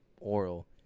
oral